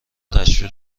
تشویق